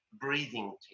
breathing